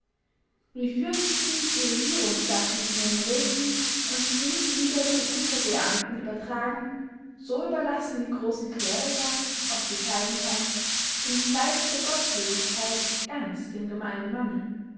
wie fürsten die regierungssachen ihren räthen und diese wieder den unterbeamten übertragen so überlassen die grossen cleriker aus bescheidenheit den fleiß der gottseligkeit ganz dem gemeinen manne